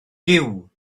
giw